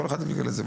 כל אחד גלגל את זה.